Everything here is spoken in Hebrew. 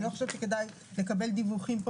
לא להשאיר אנשים שלא צריכים להיות שם,